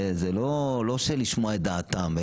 זה לא שלשמוע את דעתם,